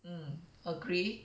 mm agree